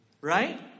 right